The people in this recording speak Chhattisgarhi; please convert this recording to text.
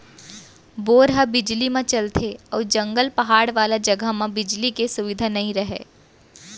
बोर ह बिजली म चलथे अउ जंगल, पहाड़ वाला जघा म बिजली के सुबिधा नइ हे